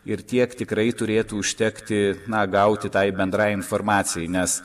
ir tiek tikrai turėtų užtekti na gauti tai bendrai informacijai nes